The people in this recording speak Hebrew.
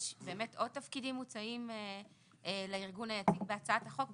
באמת יש עוד תפקידים מוצעים לארגון היציג בהצעת החוק,